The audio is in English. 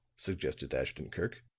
suggested ashton-kirk,